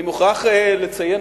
אני מוכרח לציין,